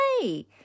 Hey